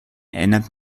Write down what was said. ändert